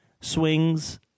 swings